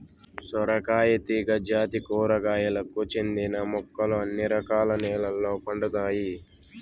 సొరకాయ తీగ జాతి కూరగాయలకు చెందిన మొక్కలు అన్ని రకాల నెలల్లో పండుతాయి